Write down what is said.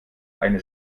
eine